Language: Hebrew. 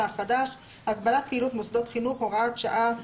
החדש) (הגבלת פעילות מוסדות חינוך) (הוראת שעה),